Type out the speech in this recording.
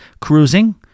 cruising